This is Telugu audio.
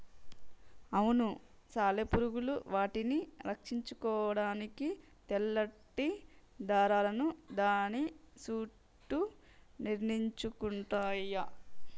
అవును సాలెపురుగులు వాటిని రక్షించుకోడానికి తెల్లటి దారాలను దాని సుట్టూ నిర్మించుకుంటయ్యి